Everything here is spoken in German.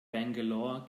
bangalore